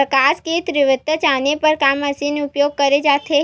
प्रकाश कि तीव्रता जाने बर का मशीन उपयोग करे जाथे?